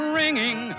ringing